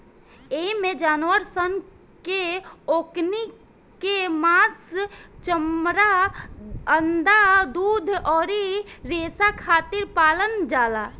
एइमे जानवर सन के ओकनी के मांस, चमड़ा, अंडा, दूध अउरी रेसा खातिर पालल जाला